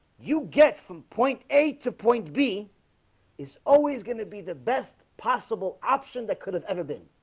you get from point a to point b is always going to be the best possible option that could have ever been